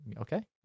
Okay